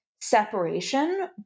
separation